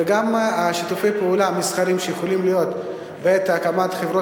וגם שיתופי הפעולה המסחריים שיכולים להיות בעת הקמת חברות